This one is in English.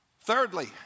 Thirdly